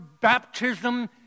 baptism